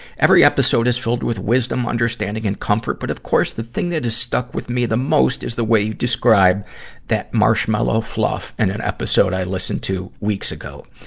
every episode his filled with wisdom, understanding, and comfort. but, of course, the thing that has stuck with me the most is the way you describe that marshmallow fluff in an episode i listened to weeks ago.